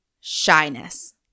shyness